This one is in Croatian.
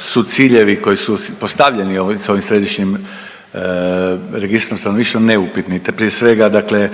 su ciljevi koji su postavljeni s ovim središnjim registrom stanovništva neupitni. Prije svega dakle